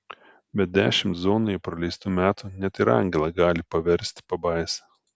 bet dešimt zonoje praleistų metų net ir angelą gali paversti pabaisa